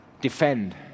Defend